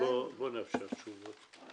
נאפשר תשובות.